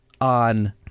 on